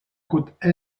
côte